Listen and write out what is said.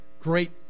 great